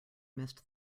missed